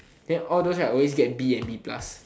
then all don't have always get B and B plus